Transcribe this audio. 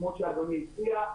כמו שאדוני הציע,